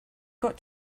got